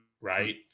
right